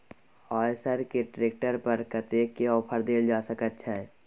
आयसर के ट्रैक्टर पर कतेक के ऑफर देल जा सकेत छै?